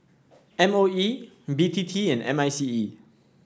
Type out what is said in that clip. M O E B T T and M I C E